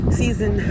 season